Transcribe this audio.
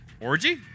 Orgy